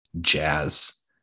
jazz